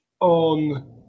on